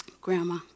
Grandma